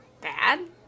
bad